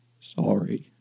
sorry